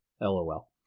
LOL